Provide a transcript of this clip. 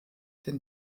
den